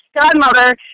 godmother